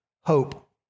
Hope